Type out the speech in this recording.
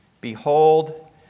Behold